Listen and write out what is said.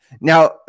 now